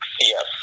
Yes